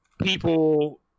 people